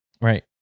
Right